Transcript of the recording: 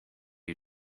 you